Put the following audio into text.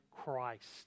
Christ